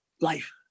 life